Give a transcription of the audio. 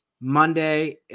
Monday